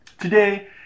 today